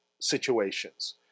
situations